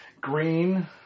Green